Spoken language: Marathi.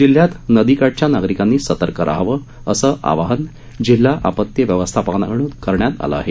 जिल्ह्यात नदी काठच्या नागरीकांनी सर्तक रहावं अस आवाहन जिल्हा आपती व्यवस्थापनाकडून करण्यात आल आहे